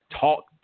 talk